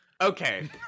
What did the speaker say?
okay